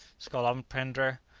scolopendra,